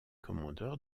commandeur